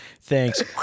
thanks